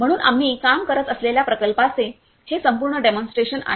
म्हणून आम्ही काम करत असलेल्या प्रकल्पाचे हे संपूर्ण डेमॉन्स्ट्रेशन आहे